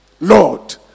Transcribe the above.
Lord